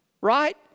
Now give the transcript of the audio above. Right